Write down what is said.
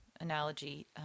analogy